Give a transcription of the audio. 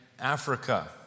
Africa